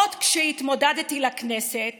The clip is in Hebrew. עוד כשהתמודדתי לכנסת